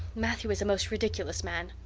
matthew is a most ridiculous man.